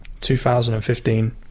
2015